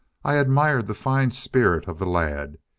i admired the fine spirit of the lad.